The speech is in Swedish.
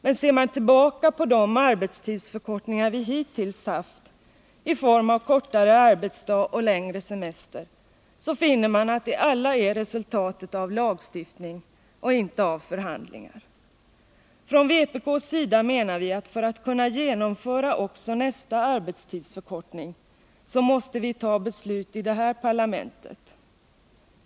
Mén ser man tillbaka på de arbetstidsförkortningar vi hittills haft i form av kortare arbetsdag och längre semester, så finner man att de alla är resultatet av lagstiftning och inte av förhandlingar. Från vpk:s sida menar vi att för att kunna genomföra också nästa arbetstidsförkortning, så måste vi fatta beslut i det här parlamentet.